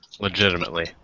legitimately